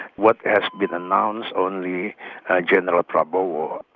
what has been announced, only general prabowo. ah